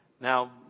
Now